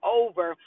over